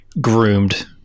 groomed